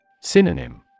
Synonym